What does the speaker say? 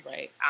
Right